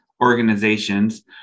organizations